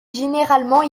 généralement